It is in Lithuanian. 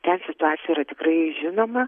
ten situacija yra tikrai žinoma